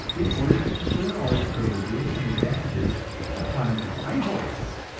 in order to confer all these privileges and advantages upon its rivals!